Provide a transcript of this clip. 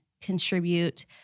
contribute